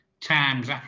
times